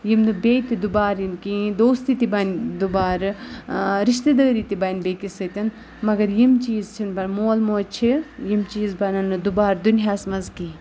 یِم نہٕ بیٚیہِ تہِ دُبارٕ یِنۍ کِہیٖنۍ دوستی تہِ بَنہِ دُبارٕ رِشتہٕ دٲری تہِ بَنہِ بیٚکِس سۭتۍ مگر یِم چیٖز چھِنہٕ بَنَن مول موج چھِ یِم چیٖز بَنَن نہٕ دُبارٕ دُنیاہَس منٛز کینٛہہ